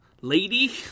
lady